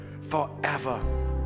forever